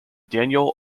daniel